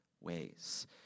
ways